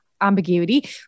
ambiguity